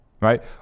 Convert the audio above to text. right